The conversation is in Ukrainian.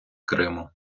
криму